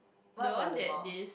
what about the mall